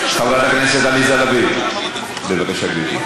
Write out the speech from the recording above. חברת הכנסת עליזה לביא, בבקשה, גברתי.